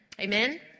Amen